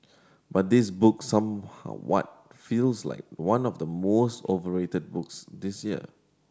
but this book some how what feels like one of the most overrated books this year